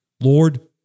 Lord